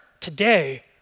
today